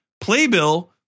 playbill